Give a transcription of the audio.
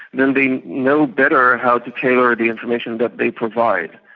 then they know better how to tailor the information that they provide.